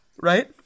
Right